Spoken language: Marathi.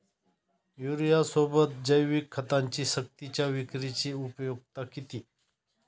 युरियासोबत जैविक खतांची सक्तीच्या विक्रीची उपयुक्तता किती?